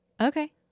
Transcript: Okay